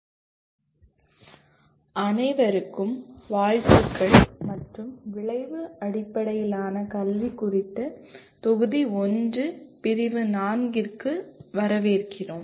உங்கள் அனைவருக்கும் வாழ்த்துக்கள் மற்றும் விளைவு அடிப்படையிலான கல்வி குறித்த தொகுதி 1 பிரிவு 4 க்கு வரவேற்கிறோம்